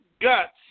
guts